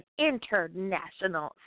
international